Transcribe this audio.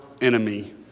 enemy